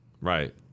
right